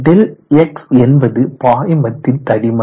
Δx என்பது பாய்மத்தின் தடிமன்